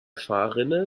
fahrrinne